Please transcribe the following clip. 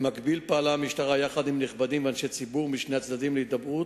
במקביל פעלה המשטרה יחד עם נכבדים ואנשי ציבור משני הצדדים להידברות,